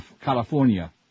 California